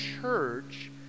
church